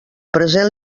present